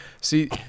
See